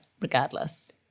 regardless